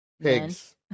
pigs